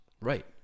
Right